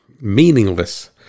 meaningless